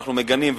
שאנחנו מגנים,